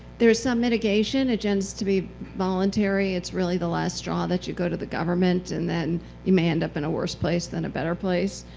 there is some mitigation. it tends to be voluntary. it's really the last straw that you go to the government, and then you may end up in a worse place than a better place.